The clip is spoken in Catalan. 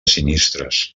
sinistres